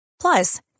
Plus